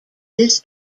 this